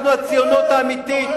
אנחנו הציונות האמיתית.